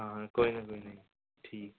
ਹਾਂ ਕੋਈ ਨਾ ਕੋਈ ਨਾ ਜੀ ਠੀਕ